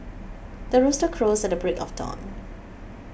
the rooster crows at the break of dawn